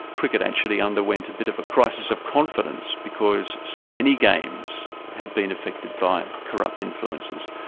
cricket actually underwent a bit of a crisis of confidence because so many games had been affected by corrupt influences,